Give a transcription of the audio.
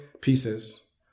pieces